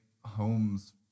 homes